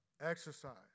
exercise